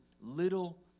little